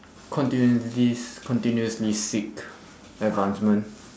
continuously continuously seek advancement